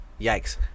Yikes